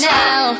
now